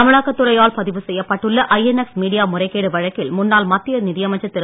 அமலாக்கத் துறையால் பதிவு செய்யப்பட்டுள்ள ஐஎன்எக்ஸ் மீடியா முறைக்கேடு வழக்கில் முன்னாள் மத்திய நிதியமைச்சர் திரு